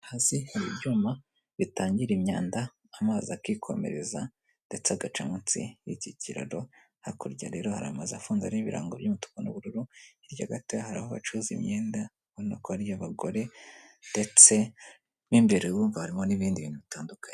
Hasi hari ibyuma bitangira imyanda amazi akikomereza ndetse agaca munsi y'iki kiraro, hakurya rero hari amazu afunze arimo ibirango by'umutuku n'ubururu, hirya hagati hari aho abacuruza imyenda ubona ko ari iy'abagore ndetse n'imbere urumva harimo n'ibindi bintu bitandukanye.